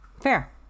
fair